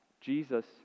Jesus